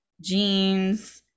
jeans